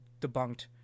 debunked